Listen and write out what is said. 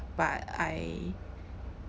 but I